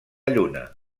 lluna